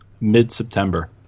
mid-September